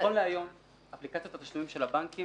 נכון להיום אפליקציות התשלומים של הבנקים